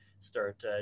start